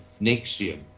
Nexium